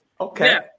Okay